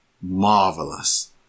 marvelous